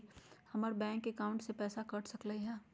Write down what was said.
हमर bank account से पैसा कट सकलइ ह?